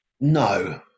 No